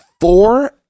four